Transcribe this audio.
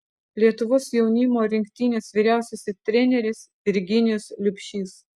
lietuvos jaunimo rinktinės vyriausiasis treneris virginijus liubšys